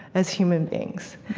as human beings.